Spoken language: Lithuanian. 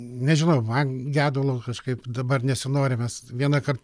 nežinau man gedulo kažkaip dabar nesinori mes vienąkart